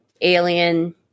alien